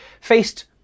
faced